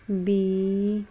B